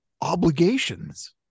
obligations